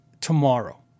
tomorrow